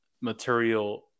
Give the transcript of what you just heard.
material